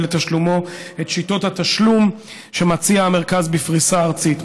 לתשלומו את שיטות התשלום שמציע המרכז בפריסה ארצית.